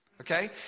Okay